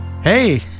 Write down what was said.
Hey